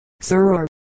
sir